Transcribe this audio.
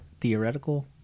theoretical